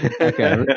Okay